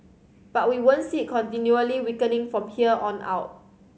but we won't see it continually weakening from here on out